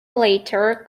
later